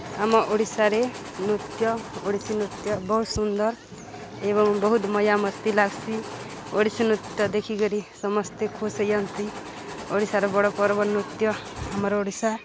ଆମ ଓଡ଼ିଶାରେ ନୃତ୍ୟ ଓଡ଼ିଶୀ ନୃତ୍ୟ ବହୁତ ସୁନ୍ଦର ଏବଂ ବହୁତ ମଜା ମସ୍ତି ଲାଗ୍ସି ଓଡ଼ିଶୀ ନୃତ୍ୟ ଦେଖିକରି ସମସ୍ତେ ଖୁସ୍ ହୁଅନ୍ତି ଓଡ଼ିଶାର ବଡ଼ ପର୍ବ ନୃତ୍ୟ ଆମର ଓଡ଼ିଶା